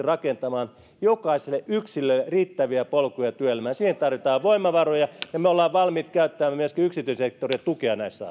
rakentamaan jokaiselle yksilölle riittäviä polkuja työelämään siihen tarvitaan voimavaroja ja me olemme valmiita käyttämään myöskin yksityisen sektorin tukea näissä